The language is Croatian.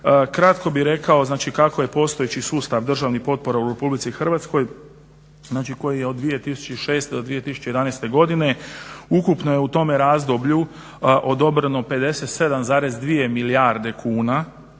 Kratko bih rekao kako je postojeći sustav državnih potpora u RH koji je od 2006.do 2011.godine ukupno je u tome razdoblju odobreno 57,2 milijarde kuna